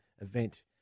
event